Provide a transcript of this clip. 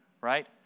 right